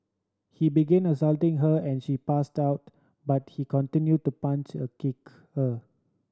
he began assaulting her and she passed out but he continued to punch a kick her